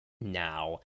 Now